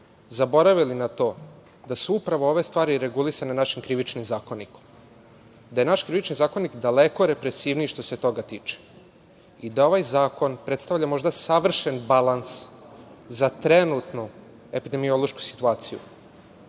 zaboravili na to da su upravo ove stvari regulisane našim Krivičnim zakonikom, da je naš Krivični zakonik daleko represivniji što se toga tiče i da ovaj zakon predstavlja možda savršen balans za trenutnu epidemiološku situaciju. Žao